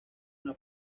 una